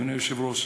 אדוני היושב-ראש,